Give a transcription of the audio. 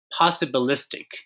possibilistic